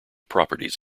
properties